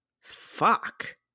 Fuck